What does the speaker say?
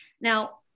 Now